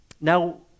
Now